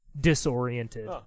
disoriented